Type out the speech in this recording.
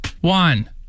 one